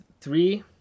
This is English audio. Three